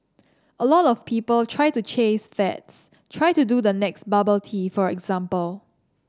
a lot of people try to chase fads try to do the next bubble tea for example